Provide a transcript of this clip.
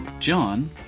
John